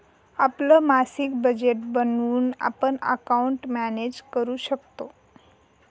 आपलं मासिक बजेट बनवून आपण अकाउंट मॅनेज करू शकतो